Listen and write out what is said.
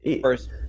first